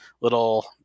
little